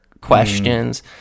questions